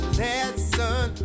lesson